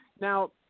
now